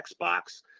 Xbox